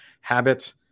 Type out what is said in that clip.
habit